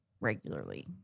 regularly